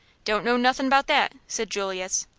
don't know nothin' about that, said julius.